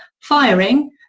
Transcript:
firing